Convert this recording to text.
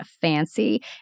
fancy